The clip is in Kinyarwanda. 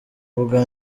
ubwa